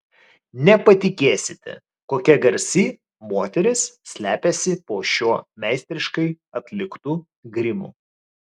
nepatikėsite kokia garsi moteris slepiasi po šiuo meistriškai atliktu grimu